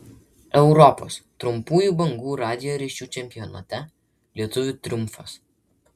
europos trumpųjų bangų radijo ryšių čempionate lietuvių triumfas